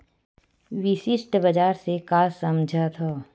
विशिष्ट बजार से का समझथव?